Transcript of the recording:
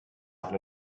gonna